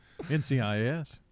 NCIS